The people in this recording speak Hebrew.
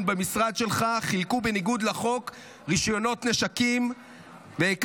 במשרד שלך חילקו רישיונות נשקים בניגוד לחוק,